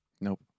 Nope